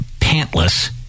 pantless